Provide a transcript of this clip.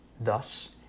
Thus